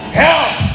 help